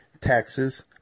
taxes